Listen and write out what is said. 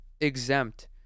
exempt